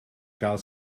gael